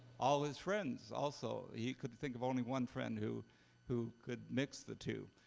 all his friends also. he could think of only one friend who who could mix the two.